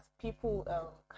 people